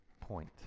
point